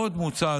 עוד מוצע,